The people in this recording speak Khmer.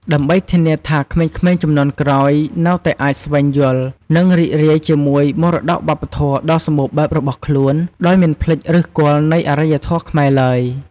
ដើម្បីធានាថាក្មេងៗជំនាន់ក្រោយនៅតែអាចស្វែងយល់ និងរីករាយជាមួយមរតកវប្បធម៌ដ៏សម្បូរបែបរបស់ខ្លួន ដោយមិនភ្លេចឫសគល់នៃអរិយធម៌ខ្មែរឡើយ។